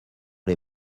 les